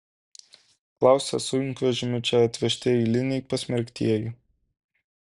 klausia sunkvežimiu čia atvežti eiliniai pasmerktieji